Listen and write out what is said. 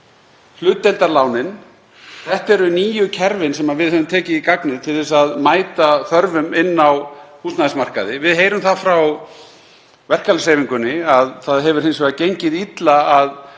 hlutdeildarlánin, þetta eru nýju kerfin sem við höfum tekið í gagnið til þess að mæta þörfum á húsnæðismarkaði. Við heyrum það frá verkalýðshreyfingunni að það hefur hins vegar gengið illa að